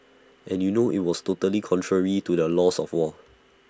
and you know IT was totally contrary to the laws of war